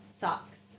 Socks